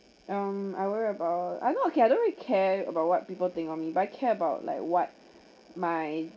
um I worry about I know okay I don't really care about what people think of me but I care about like what my